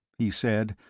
he said,